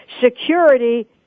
Security